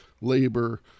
labor